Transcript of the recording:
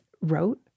wrote